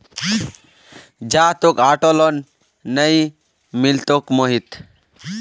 जा, तोक auto loan नइ मिलतोक मोहित